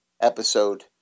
episode